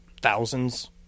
Thousands